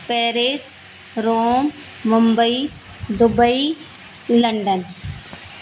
Paris Rome Mumbai Dubai London